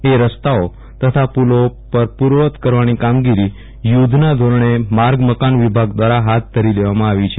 એ રસ્તાઓ તથા નાળા પૂલો પણ પૂર્વવત કરવાની કામગીરી યુધ્ધના ધોરણે માર્ગ મકાન વિભાગ દ્વારા હાથ ધરી દેવામાં આવી છે